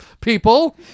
people